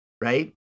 Right